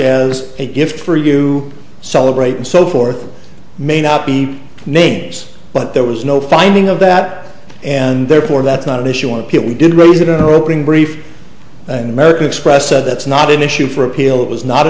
as a gift for you celebrate and so forth may not be names but there was no finding of that and therefore that's not an issue on appeal we did really didn't roping brief in american express said that's not an issue for appeal it was not a